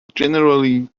generally